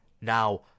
Now